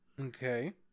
Okay